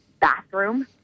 bathroom